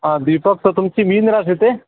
हां दीपक तर तुमची मीन रास येते